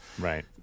Right